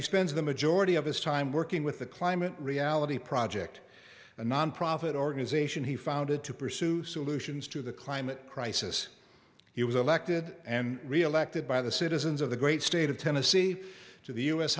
he spends the majority of his time working with the climate reality project a nonprofit organization he founded to pursue solutions to the climate crisis he was elected and reelected by the citizens of the great state of tennessee to the u